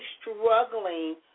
struggling